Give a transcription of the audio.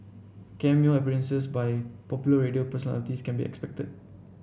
cameo appearances by popular radio personalities can be expected